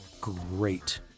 great